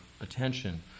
attention